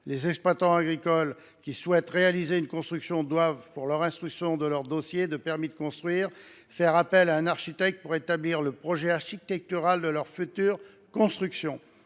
Les exploitants agricoles qui souhaitent réaliser une construction doivent, en vue de l’instruction de leur dossier de permis de construire, faire appel à un architecte pour définir le projet architectural de leur future construction.